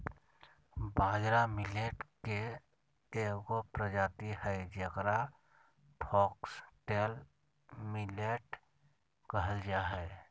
बाजरा मिलेट के एगो प्रजाति हइ जेकरा फॉक्सटेल मिलेट कहल जा हइ